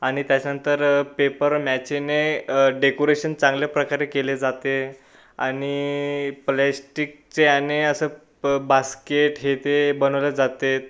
आणि त्याच्यानंतर पेपर मॅचेने डेकोरेशन चांगले प्रकारे केले जाते आणि प्लास्टिकचे आणि असं ब बास्केट हे ते बनवले जातेत